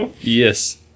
Yes